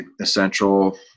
essential